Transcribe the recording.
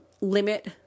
limit